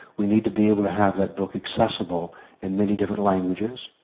we need to be able to have that book accessible in many different languages,